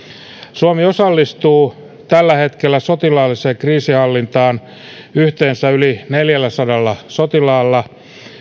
suomi osallistuu tällä hetkellä sotilaalliseen kriisinhallintaan yhteensä yli neljälläsadalla sotilaalla